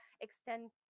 extend